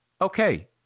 Okay